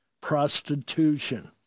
prostitution